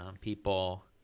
people